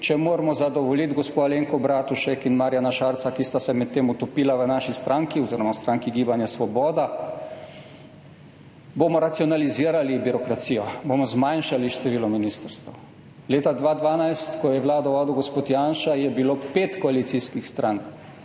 če moramo zadovoljiti gospo Alenko Bratušek in Marjana Šarca, ki sta se medtem utopila v naši stranki oziroma v stranki Gibanje Svoboda, bomo racionalizirali birokracijo, bomo zmanjšali število ministrstev – leta 2012, ko je vlado vodil gospod Janša, je bilo pet koalicijskih strank